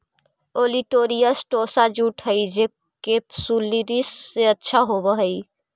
olitorius tossa jute हई जे capsularis से अच्छा होवऽ हई